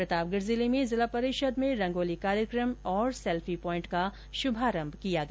प्रतापगढ जिले में जिला परिषद में रंगोली कार्यक्रम और सैल्फी पोइन्ट का शुभारम्भ किया गया